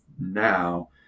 now